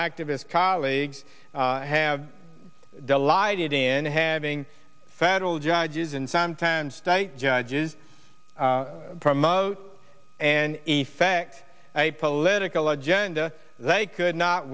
activist colleagues have delighted in having federal judges and sometimes state judges promote and effect a political agenda they could not